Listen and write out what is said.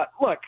Look